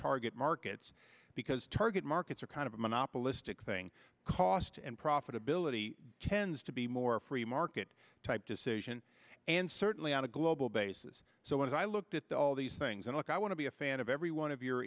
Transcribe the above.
target markets because target markets are kind of a monopolistic thing cost and profitability tends to be more free market type decision and certainly on a global basis so when i looked at the all these things and look i want to be a fan of every one of your